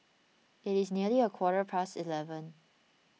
it is nearly a quarter past eleven